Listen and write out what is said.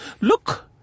look